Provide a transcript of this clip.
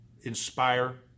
inspire